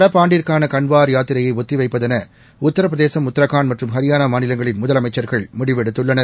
நடப்பு ஆண்டிற்கான கன்வார் யாத்திரையை ஒத்தி வைப்பதென உத்திரபிரதேசம் உத்ரகாண்ட் மற்றும் ஹரியானா மாநிலங்களின் முதலமைச்சர்கள் முடிவெடுத்துள்ளனர்